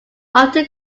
often